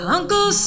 Uncle